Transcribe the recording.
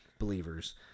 believers